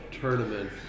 tournament